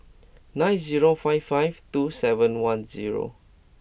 nine zero five five two seven one zero